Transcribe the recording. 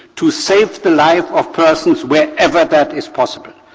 to save the life of persons wherever that is possible.